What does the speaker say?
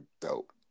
dope